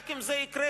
רק אם זה יקרה,